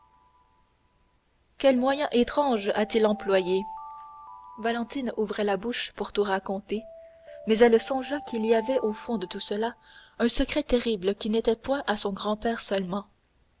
quel moyen étrange a-t-il employé valentine ouvrait la bouche pour tout raconter mais elle songea qu'il y avait au fond de tout cela un secret terrible qui n'était point à son grand-père seulement